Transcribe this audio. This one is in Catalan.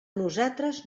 nosaltres